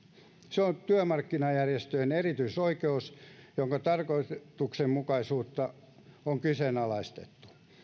se on työmarkkinajärjestöjen erityisoikeus jonka tarkoituksenmukaisuutta on kyseenalaistettu